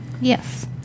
Yes